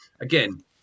again